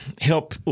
help